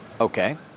Okay